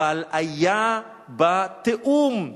אבל היה בה תיאום.